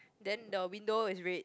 then the window is red